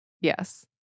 Yes